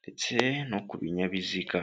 ndetse no ku binyabiziga.